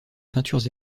peintures